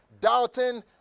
doubting